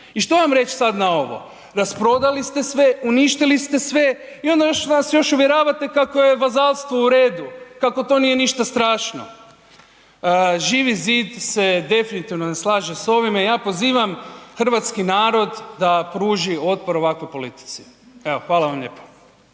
I što vam reći na ovo? Rasprodali ste sve, uništili ste sve i onda nas još uvjeravate kako vazalstvo u redu, kako to nije ništa strašno. Živi zid se definitivno ne slaže s ovime, ja pozivam hrvatski narod da pruži otpor ovakvoj politici. Evo, hvala vam lijepa.